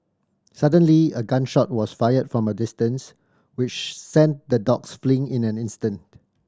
suddenly a gun shot was fired from a distance which sent the dogs fleeing in an instant